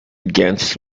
against